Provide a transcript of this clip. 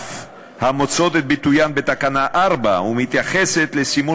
נוסף המוצאות את ביטוין בתקנה 4 ומתייחסות לסימון